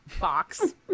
box